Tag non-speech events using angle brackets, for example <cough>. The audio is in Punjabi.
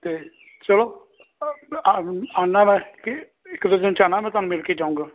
ਅਤੇ ਚਲੋ <unintelligible> ਆਨ ਆਨਾ ਮੈਂ ਇ ਇੱਕ ਦੋ ਦਿਨ 'ਚ ਆਉਂਦਾ ਮੈਂ ਤੁਹਾਨੂੰ ਮਿਲ ਕੇ ਜਾਊਂਗਾ